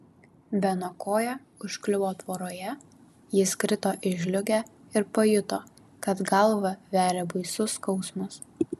beno koja užkliuvo tvoroje jis krito į žliūgę ir pajuto kad galvą veria baisus skausmas